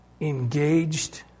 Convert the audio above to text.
engaged